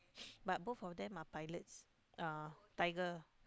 but both of them are pilots uh tiger